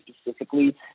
specifically